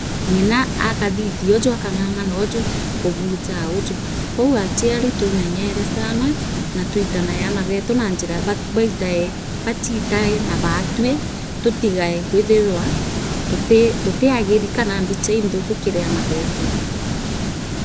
Ngina akathithoju akang’ang’anoju kubujaa uju kou achiara twiimenyere sana na twitanae aana beetu na njira ba baitae bachitae na batwi tutigae kwithirwa tuti tutagire kana mbicha inthuku kiri aana beetu.